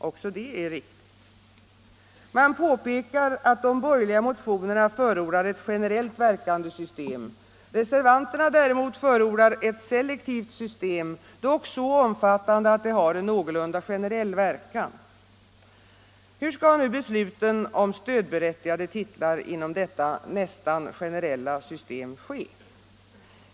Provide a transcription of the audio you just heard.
Också det är riktigt. Man påpekar att de borgerliga motionerna förordar ett generellt verkande system. Reservanterna däremot förordar ett selektivt system, dock så omfattande att det har en någorlunda generell verkan. Hur skall nu besluten om stödberättigade titlar inom detta nästan generella system ske?